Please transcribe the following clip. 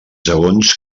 segons